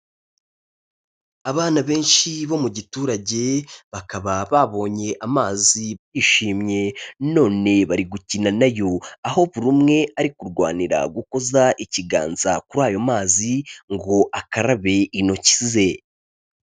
Abana benshi bo mu giturage bakaba babonye amazi, bishimye none bari gukina nayo, aho buri umwe ari kurwanira gukoza ikiganza kuri ayo mazi ngo akarabe intoki ze.